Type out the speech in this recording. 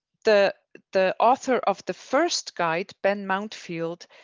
the the author of the first guide, ben mount field,